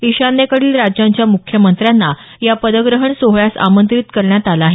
इशान्येकडील राज्यांच्या मुख्यमंत्र्यांना या पदग्रहण सोहळ्यास आमंत्रित करण्यात आलं आहे